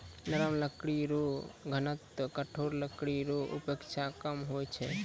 नरम लकड़ी रो घनत्व कठोर लकड़ी रो अपेक्षा कम होय छै